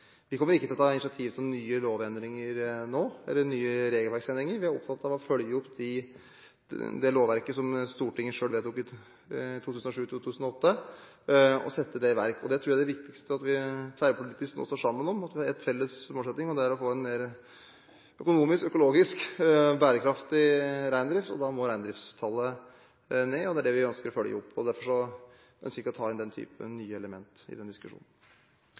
lovverket som Stortinget selv vedtok i 2007–2008, og sette det i verk. Jeg tror det viktigste er at vi nå tverrpolitisk står sammen om en felles målsetting om å få en mer økonomisk, økologisk og bærekraftig reindrift. Da må reindriftstallet ned, og det er det vi ønsker å følge opp. Derfor ønsker vi ikke å ta inn den typen nye elementer i den diskusjonen.